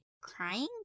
crying